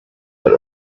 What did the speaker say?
but